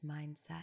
mindset